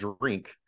drink